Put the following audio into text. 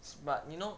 but you know